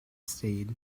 stayed